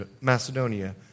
Macedonia